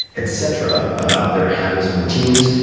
etc, about their habits and routines,